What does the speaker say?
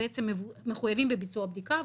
מחויבים בביצוע בבדיקה,